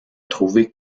trouver